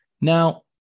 Now